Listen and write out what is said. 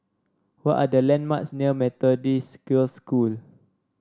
what are the landmarks near Methodist Girls' School